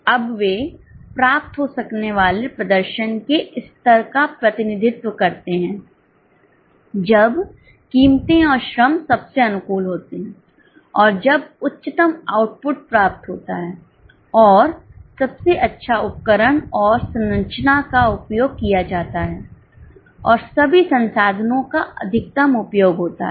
अब वे प्राप्त हो सकने वाले प्रदर्शन के स्तर का प्रतिनिधित्व करते हैं जब कीमतें और श्रम सबसे अनुकूल होते हैं और जब उच्चतम आउटपुट प्राप्त होता है और सबसे अच्छा उपकरण और संरचना का उपयोग किया जाता है और सभी संसाधनों का अधिकतम उपयोग होता है